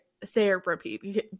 therapy